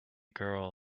girl